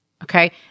okay